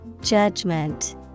Judgment